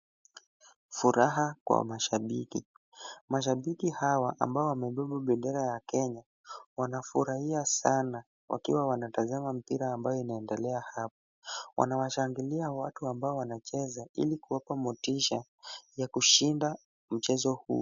Furaha kwa mashabiki. Mashabiki hawa ambao wamebeba bendera ya Kenya wanafurahia sana wakiwa wanatazama mpira ambao unaendelea hapa. Wanawashangilia watu ambao wanacheza ili kuwapa motisha ya kushinda mchezo huu.